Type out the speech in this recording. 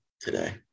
today